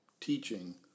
teaching